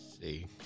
See